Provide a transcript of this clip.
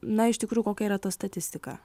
na iš tikrųjų kokia yra ta statistika